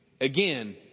Again